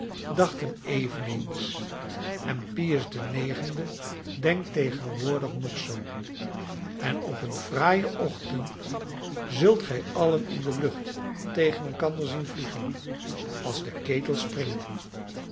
dachten eveneens en pius ix denkt tegenwoordig nog zoo en op een fraaien ochtend zult gij allen in de lucht tegen elkander zien vliegen als de ketels springen